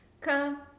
Come